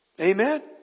Amen